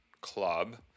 club